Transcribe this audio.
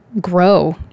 grow